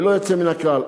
ללא יוצא מן הכלל,